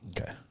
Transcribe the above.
Okay